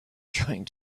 trying